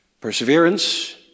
Perseverance